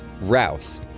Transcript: Rouse